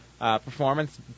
performance